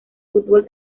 fútbol